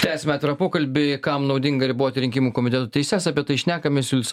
tęsiame pokalbį kam naudinga riboti rinkimų komitetų teises apie tai šnekamės julius